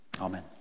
Amen